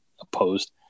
opposed